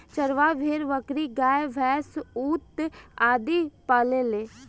चरवाह भेड़, बकरी, गाय, भैन्स, ऊंट आदि पालेले